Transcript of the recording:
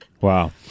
Wow